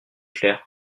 clair